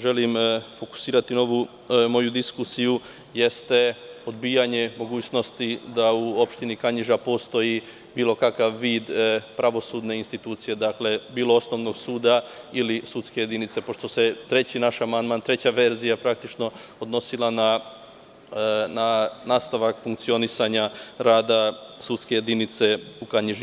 želim fokusirati ovu moju diskusiju, jeste odbijanje mogućnosti da u opštini Kanjiža postoji bilo kakav vid pravosudne institucije, dakle, bilo osnovnog suda ili sudske jedinice, pošto se treći naš amandman, treća verzija praktično odnosila na nastavak funkcionisanja rada sudske jedinice u Kanjiži.